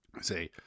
say